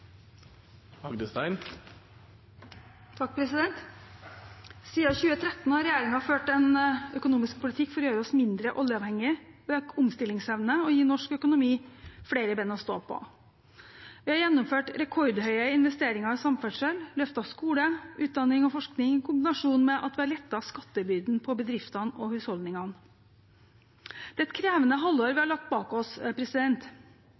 2013 har regjeringen ført en økonomisk politikk for å gjøre oss mindre oljeavhengige, øke omstillingsevnen og gi norsk økonomi flere ben å stå på. Vi har gjennomført rekordhøye investeringer i samferdsel, løftet skole, utdanning og forskning i kombinasjon med at vi har lettet skattebyrden for bedriftene og husholdningene. Det er et krevende halvår vi